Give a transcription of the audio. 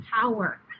power